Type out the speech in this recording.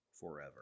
forever